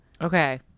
Okay